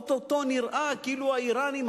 או-טו-טו נראה כאילו האירנים,